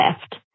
left